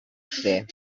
fer